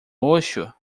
roxo